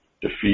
defeat